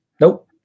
Nope